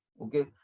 Okay